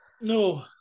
No